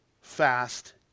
fast